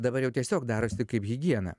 dabar jau tiesiog darosi kaip higiena